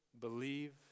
believe